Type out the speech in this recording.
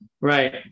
right